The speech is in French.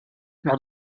lors